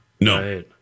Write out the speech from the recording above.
No